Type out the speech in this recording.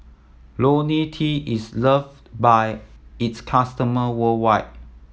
Ionil T is love by its customer worldwide